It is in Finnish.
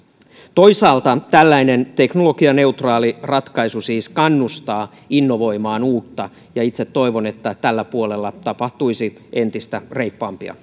toisaalta tällainen teknologianeutraali ratkaisu siis kannustaa innovoimaan uutta ja itse toivon että tällä puolella tapahtuisi entistä reippaampia